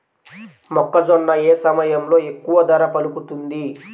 మొక్కజొన్న ఏ సమయంలో ఎక్కువ ధర పలుకుతుంది?